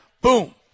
Boom